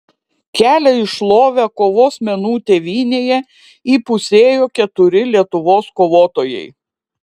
kelią į šlovę kovos menų tėvynėje įpusėjo keturi lietuvos kovotojai